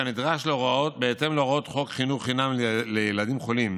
כנדרש בהתאם להוראות חוק חינוך חינם לילדים חולים,